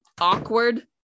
awkward